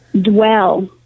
dwell